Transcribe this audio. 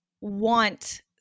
want –